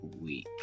week